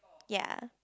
ya